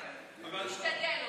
הוא משתדל.